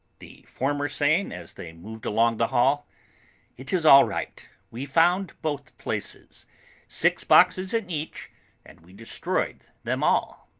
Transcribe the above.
the former saying, as they moved along the hall it is all right. we found both places six boxes in each and we destroyed them all!